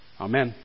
Amen